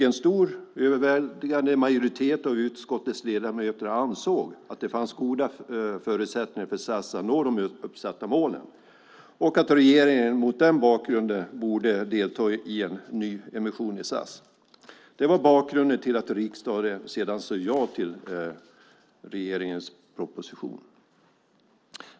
En stor, överväldigande majoritet av utskottets ledamöter ansåg att det fanns goda förutsättningar för SAS att nå de uppsatta målen och att regeringen mot den bakgrunden borde delta i en nyemission i SAS. Det var bakgrunden till att riksdagen sedan sade ja till regeringens proposition.